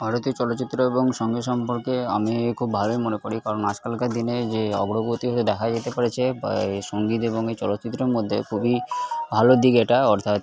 ভারতীয় চলচ্চিত্র এবং সংগীত সম্পর্কে আমি খুব ভালোই মনে করি কারণ আজকালকার দিনে যে অগ্রগতি হতে দেখা যেতে পেরেছে এই সংগীত এবং চলচ্চিত্রের মধ্যে খুবই ভালো দিক এটা অর্থাৎ